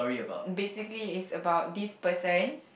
basically is about this person